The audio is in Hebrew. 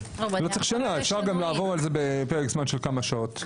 אפשר לעבור על זה בפרק זמן של כמה שעות.